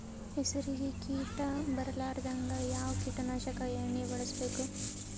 ಹೆಸರಿಗಿ ಕೀಟ ಬರಲಾರದಂಗ ಯಾವ ಕೀಟನಾಶಕ ಎಣ್ಣಿಬಳಸಬೇಕು?